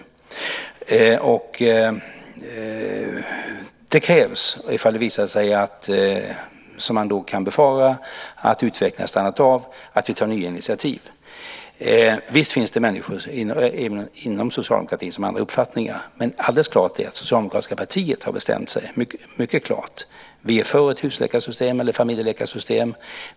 Det krävs ifall det visar sig att, som man då kan befara, utvecklingen har stannat av att vi tar nya initiativ. Visst finns det människor inom socialdemokratin som har andra uppfattningar, men alldeles klart är att det socialdemokratiska partiet har bestämt sig mycket klart. Vi är för ett husläkarsystem eller familjeläkarsystem.